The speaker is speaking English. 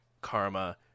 Karma